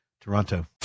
Toronto